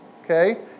Okay